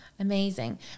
Amazing